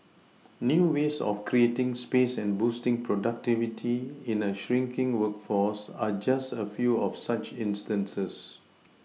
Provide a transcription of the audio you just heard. new ways of creating space and boosting productivity in a shrinking workforce are just a few of such instances